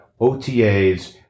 OTAs